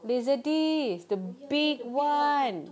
laser disc the big one